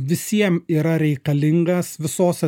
visiem yra reikalingas visose